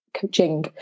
coaching